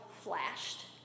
flashed